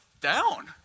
down